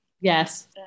Yes